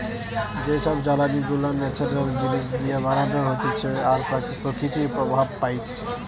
যে সব জ্বালানি গুলা ন্যাচারাল জিনিস দিয়ে বানানো হতিছে আর প্রকৃতি প্রভাব পাইতিছে